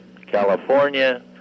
California